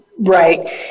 Right